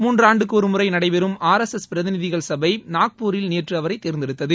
மூன்றாண்டுக்கு ஒருமுறை நடைபெறும் R S S பிரதிநிதிகள் சபை நாக்பூரில் நேற்று அவரை தேர்ந்தெடுத்தது